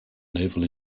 naval